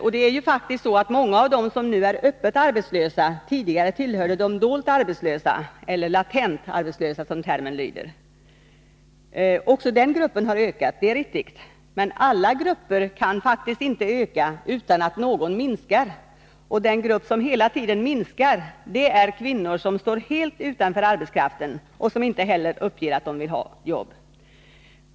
Och det är ju faktiskt så att många av dem som nu är öppet arbetslösa, tidigare tillhörde de dolt arbetslösa — eller latent arbetslösa, som termen lyder. Det är riktigt att också den gruppen ökar. Men alla grupper kan ju inte öka utan att någon minskar. Och den grupp som hela tiden minskar är kvinnor som står helt utanför arbetskraften och inte heller uppger att de vill ha jobb.